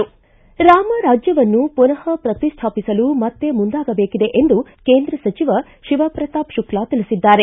ರಾಮ ರಾಜ್ಯವನ್ನು ಪುನಃ ಪ್ರತಿಷ್ಠಾಪಿಸಲು ಮತ್ತೇ ಮುಂದಾಗಬೇಕಿದೆ ಎಂದು ಕೇಂದ್ರ ಸಚಿವ ಶಿವಪ್ರತಾಪ್ ಶುಕ್ಲಾ ತಿಳಿಸಿದ್ದಾರೆ